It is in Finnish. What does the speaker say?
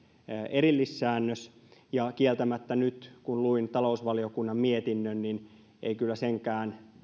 erillissäännös ja kieltämättä nyt kun luin talousvaliokunnan mietinnön niin ei kyllä senkään